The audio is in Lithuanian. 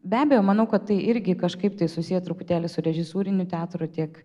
be abejo manau kad tai irgi kažkaip tai susiję truputėlį su režisūriniu teatru tiek